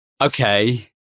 okay